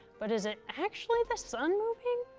but is it actually the sun moving?